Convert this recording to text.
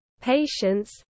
patience